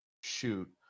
shoot